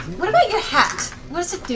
what about your hat? what does it do?